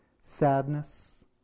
sadness